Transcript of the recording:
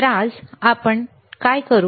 तर आज आपण काय करू